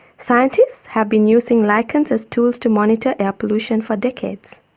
scientists have been using lichens as tools to monitor air pollution for decades.